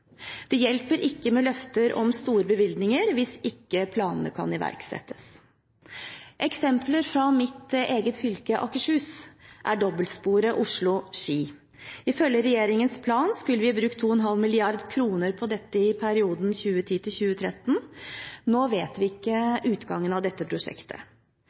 Det hjelper ikke med løfter om store bevilgninger hvis ikke planene kan iverksettes. Eksempler fra mitt eget fylke, Akershus, er dobbeltsporet Oslo–Ski. Ifølge regjeringens plan skulle vi brukt 2,5 mrd. kr på dette i perioden 2010–2013. Nå vet vi ikke utgangen av dette prosjektet.